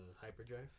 hyperdrive